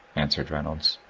answered reynolds.